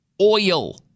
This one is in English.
oil